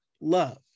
love